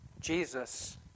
Jesus